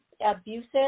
abusive